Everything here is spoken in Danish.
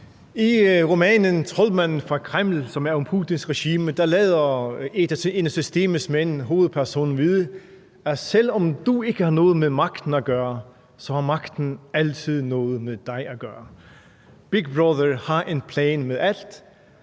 I romanen »Troldmanden fra Kreml«, som er om Putins regime, lader en af systemets mænd hovedpersonen vide følgende: Selv om du ikke har noget med magten at gøre, så har magten altid noget med dig at gøre. Big Brother har en plan med alt,